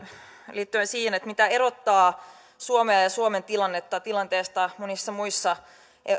liittyen siihen mikä erottaa suomea ja suomen tilannetta tilanteesta monissa muissa